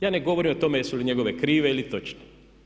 Ja ne govorim o tome jesu li njegove krive ili točne.